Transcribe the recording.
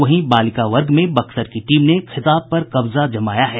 वहीं बालिका वर्ग में बक्सर की टीम ने खिताब पर कब्जा जमाया है